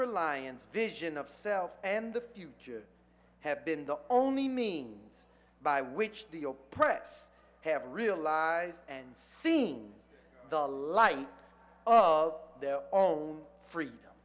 reliance vision of self and the future have been the only means by which the or press have realized and seen the light of their own free